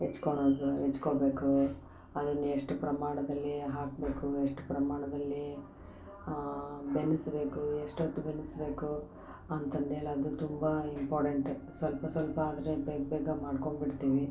ಹೆಚ್ಕೊಳದು ಹೆಚ್ಕೊಬೇಕು ಅದನ್ನ ಎಷ್ಟು ಪ್ರಮಾಣದಲ್ಲಿ ಹಾಕಬೇಕು ಎಷ್ಟು ಪ್ರಮಾಣದಲ್ಲೀ ಬೆನ್ಸ್ಬೇಕೂ ಎಷ್ಟು ಹೊತ್ತು ಬೆನ್ಸ್ಬೇಕು ಅಂತಂದು ಹೇಳಿ ಅದು ತುಂಬಾ ಇಂಪಾರ್ಟೆಂಟೆ ಸ್ವಲ್ಪ ಸ್ವಲ್ಪ ಆದರೆ ಬೇಗ ಬೇಗ ಮಾಡ್ಕೊಂಬಿಡ್ತಿವಿ